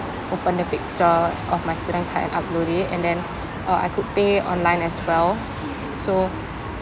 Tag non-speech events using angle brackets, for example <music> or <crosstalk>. open the picture of my student card and upload it and then <breath> uh I could pay online as well so